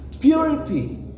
purity